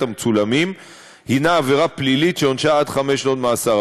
המצולמים הנה עבירה פלילית שעונשה עד חמש שנות מאסר.